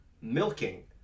Milking